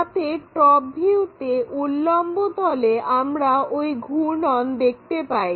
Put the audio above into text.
যাতে টপ ভিউতে উল্লম্বতলে আমরা ওই ঘূর্ণন দেখতে পাই